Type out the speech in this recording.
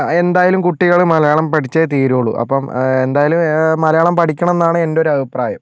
എന്തായാലും കുട്ടികൾ മലയാളം പഠിച്ചേ തീരുള്ളൂ അപ്പം എന്തായാലും മലയാളം പഠിക്കണം എന്നാണ് എന്റെ ഒരു അഭിപ്രായം